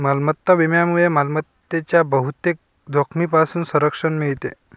मालमत्ता विम्यामुळे मालमत्तेच्या बहुतेक जोखमींपासून संरक्षण मिळते